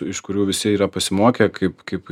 iš kurių visi yra pasimokę kaip kaip